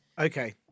Okay